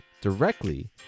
directly